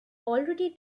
already